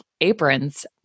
Aprons